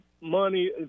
Money